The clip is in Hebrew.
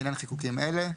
לעניין חיקוקים אלה: